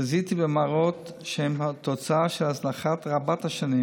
חזיתי במראות שהם תוצאה של הזנחה רבת-שנים